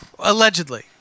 Allegedly